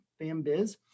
fambiz